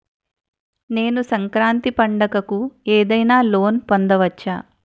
నేను సంక్రాంతి పండగ కు ఏదైనా లోన్ పొందవచ్చా?